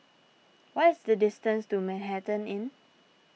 what is the distance to Manhattan Inn